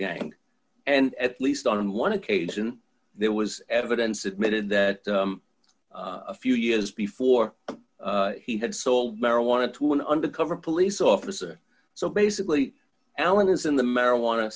gang and at least on one occasion there was evidence admitted that a few years before he had sold marijuana to an undercover police officer so basically allan is in the marijuana